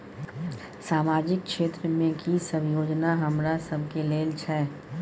सामाजिक क्षेत्र में की सब योजना हमरा सब के लेल छै?